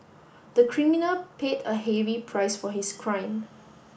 the criminal paid a heavy price for his crime